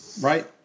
Right